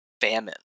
famine